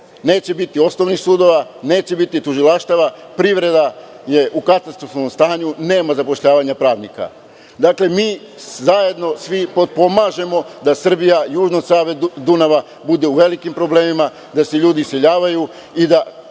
Neće biti osnovnih sudova, neće biti tužilaštava, privreda je u katastrofalnom stanju, nema zapošljavanja pravnika. Dakle, mi zajedno svi potpomažemo da Srbija južno od Save i Dunava bude u velikim problemima, da se ljudi iseljavaju i da